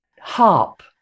harp